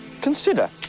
Consider